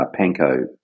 panko